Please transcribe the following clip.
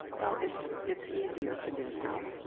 well, it's it's easier to do now.